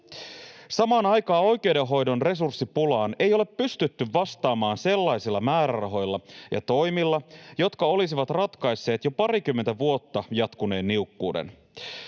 Samaan aikaan oikeudenhoidon resurssipulaan ei ole pystytty vastaamaan sellaisilla määrärahoilla ja toimilla, jotka olisivat ratkaisseet jo parikymmentä vuotta jatkuneen niukkuuden.